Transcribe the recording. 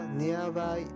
nearby